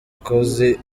mukozi